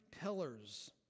pillars